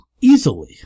easily